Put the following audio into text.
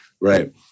Right